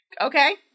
Okay